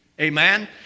Amen